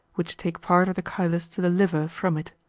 which take part of the chylus to the liver from it.